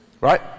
right